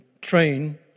train